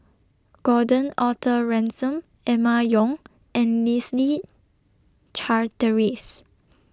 Gordon Arthur Ransome Emma Yong and Leslie Charteris